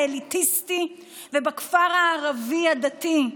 האליטיסטי ובכפר הערבי הדתי,